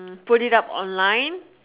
put it up online